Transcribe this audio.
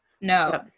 No